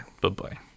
Bye-bye